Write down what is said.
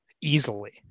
easily